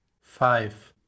five